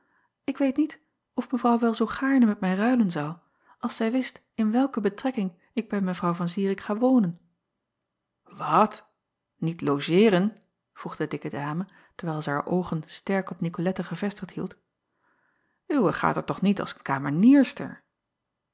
ik weet niet of evrouw wel zoo gaarne met mij ruilen zou als zij wist in welke betrekking ik bij w an irik ga wonen at niet logeeren vroeg de dikke dame terwijl zij haar oogen sterk op icolette gevestigd hield uwee gaat er toch niet als